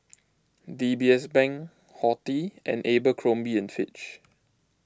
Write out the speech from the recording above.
D B S Bank Horti and Abercrombie and Fitch